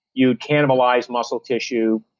you cannibalize muscle tissue.